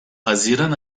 haziran